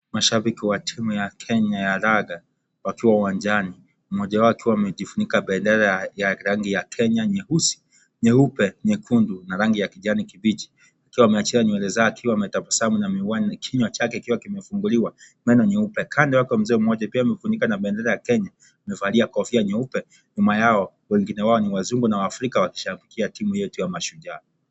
Mahabiki wa timu ya Kenya ya laga wakiwa uwanjani mmoja wao akiwa amejifunika bendera ya rangi ya kenya nyeusi ,nyeupe, nyekundu, na rangi ya kijani kibichi akiwa ameaachilia nywele zake akiwa ametabasamu na miwani kinywa chake kikiwa kimefunguliwa meno meupe. Kando yake mzee mmoja pia amejifunika benderaya kenya amevalia kofia nyeupe nyuma yao wengine wao ni wazungu na waafrika wakishabikia timu yetu ya mashujaa.